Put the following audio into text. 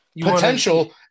potential